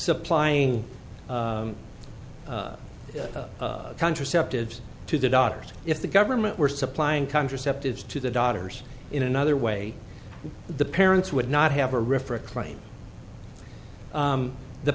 supplying contraceptives to the daughters if the government were supplying contraceptives to the daughters in another way the parents would not have a